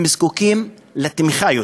הם זקוקים יותר לתמיכה.